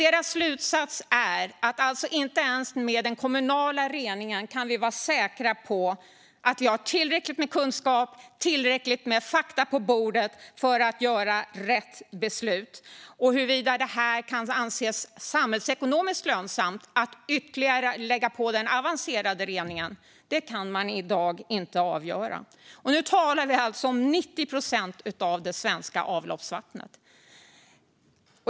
Deras slutsats är dock att vi inte ens med den kommunala reningen kan vara säkra på att vi har tillräckligt med kunskap, tillräckligt med fakta på bordet för att fatta rätt beslut. Huruvida det kan anses samhällsekonomiskt lönsamt att lägga på den avancerade reningen kan man i dag inte avgöra. Nu talar vi alltså om 90 procent av det svenska avloppsvattnet.